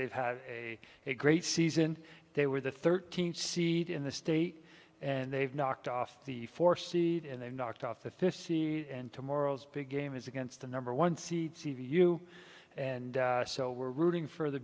they've had a great season they were the thirteenth seed in the state and they've knocked off the four seed and they knocked off the fifth and to morals big game is against the number one seed seaview and so we're rooting for the